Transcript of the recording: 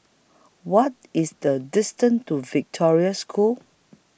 What IS The distance to Victoria School